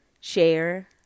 share